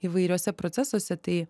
įvairiuose procesuose tai